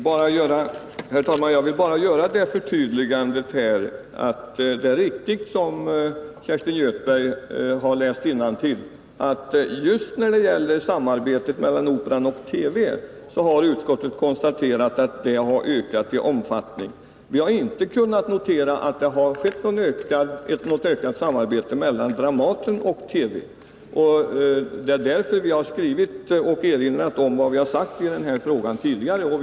Herr talman! Jag vill bara göra det förtydligandet att det är riktigt, som Kerstin Göthberg läst innantill i betänkandet, att utskottet konstaterat att samarbetet mellan just Operan och TV har ökat i omfattning. Vi har däremot inte kunnat notera något ökat samarbete mellan Dramaten och TV. Det är därför vi i utskottets skrivning erinrar om vad utskottet tidigare uttalat i den här frågan.